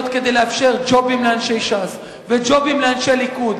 כדי לאפשר ג'ובים לאנשי ש"ס וג'ובים לאנשי ליכוד,